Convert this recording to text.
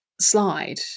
slide